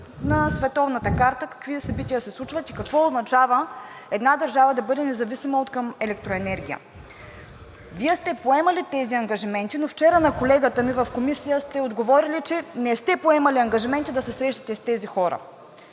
на световната карта какви събития се случват и какво означава една държава да бъде независима откъм електроенергия. Вие сте поемали тези ангажименти, но вчера на колегата ми в Комисията сте отговорили, че не сте поемали ангажименти да се срещнете с тези хора.